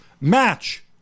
Match